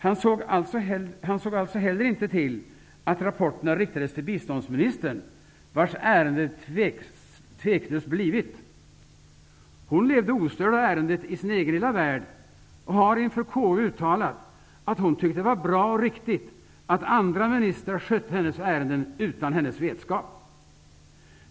Han såg alltså heller inte till att rapporterna riktades till biståndsministern, vars ärende det utan tvivel blivit. Hon levde ostörd av ärendet i sin egen lilla värld och har inför KU uttalat att hon tyckte det var bra och riktigt att andra ministrar skötte hennes ärenden utan hennes vetskap.